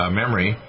memory